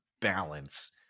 balance